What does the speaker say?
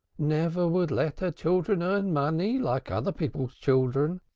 never would let her children earn money like other people's children.